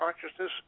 consciousness